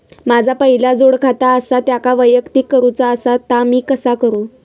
माझा पहिला जोडखाता आसा त्याका वैयक्तिक करूचा असा ता मी कसा करू?